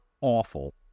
awful